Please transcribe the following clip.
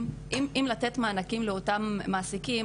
אם לתת מענקים לאותם מעסיקים,